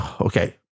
okay